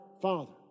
father